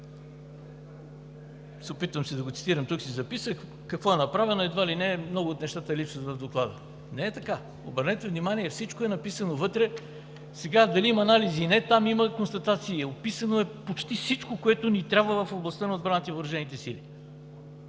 Опитвам се да го цитирам, записал съм си – какво е направено и едва ли не много от нещата липсват в Доклада. Не е така! Обърнете внимание, всичко е написано вътре. Дали има анализ или не, там има констатации, описано е почти всичко, което ни трябва в областта на